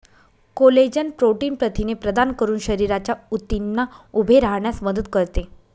collagen protein प्रथिने प्रदान करून शरीराच्या ऊतींना उभे राहण्यास मदत करते